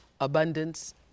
abundance